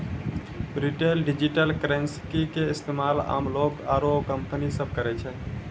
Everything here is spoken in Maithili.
रिटेल डिजिटल करेंसी के इस्तेमाल आम लोग आरू कंपनी सब करै छै